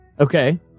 Okay